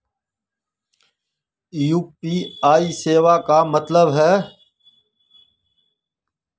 UPI सेवा के का मतलब है?